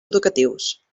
educatius